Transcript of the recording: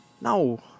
No